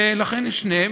לכן יש את שניהם.